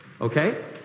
Okay